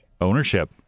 Ownership